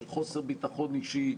של חוסר ביטחון אישי,